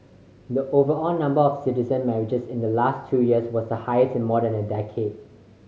the overall number of citizen marriages in the last two years was the highest in more than a decade